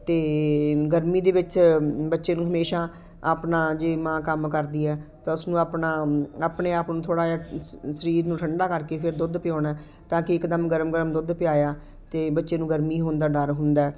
ਅਤੇ ਗਰਮੀ ਦੇ ਵਿੱਚ ਬੱਚੇ ਨੂੰ ਹਮੇਸ਼ਾ ਆਪਣਾ ਜੇ ਮਾਂ ਕੰਮ ਕਰਦੀ ਹੈ ਤਾਂ ਉਸ ਨੂੰ ਆਪਣਾ ਆਪਣੇ ਆਪ ਨੂੰ ਥੋੜ੍ਹਾ ਜਿਹਾ ਸ ਸਰੀਰ ਨੂੰ ਠੰਡਾ ਕਰਕੇ ਫਿਰ ਦੁੱਧ ਪਿਉਣਾ ਤਾਂ ਕਿ ਇੱਕਦਮ ਗਰਮ ਗਰਮ ਦੁੱਧ ਪਿਆਇਆ ਅਤੇ ਬੱਚੇ ਨੂੰ ਗਰਮੀ ਹੋਣ ਦਾ ਡਰ ਹੁੰਦਾ ਹੈ